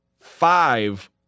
Five